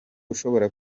ushobora